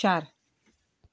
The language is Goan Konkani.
चार